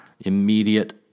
immediate